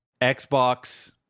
Xbox